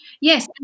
Yes